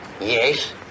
Yes